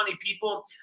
people